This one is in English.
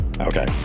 Okay